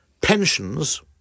Pensions